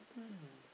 hmm